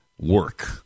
work